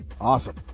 Awesome